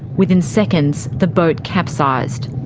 within seconds, the boat capsized.